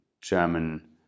German